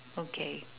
okay